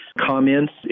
comments